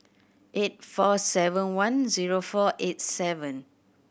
eight four seven one zero four eight seven